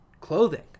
clothing